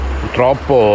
purtroppo